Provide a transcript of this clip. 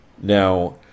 Now